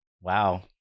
Wow